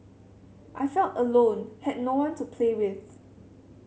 I felt alone had no one to play with